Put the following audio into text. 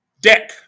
deck